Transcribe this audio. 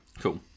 Cool